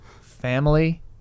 family